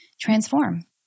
transform